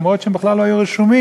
אף שהם בכלל לא היו רשומים,